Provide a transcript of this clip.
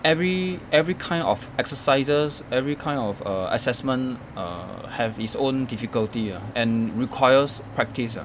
every every kind of exercises every kind of err assessment err have its own difficulty ah and requires practice ah